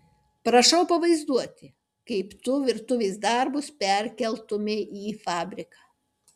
prašau pavaizduoti kaip tu virtuvės darbus perkeltumei į fabriką